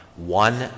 One